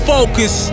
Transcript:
Focus